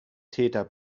täter